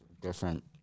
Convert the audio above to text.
Different